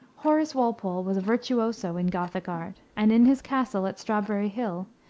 horace walpole was a virtuoso in gothic art, and in his castle, at strawberry hill,